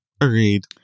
Agreed